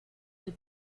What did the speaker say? del